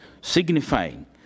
signifying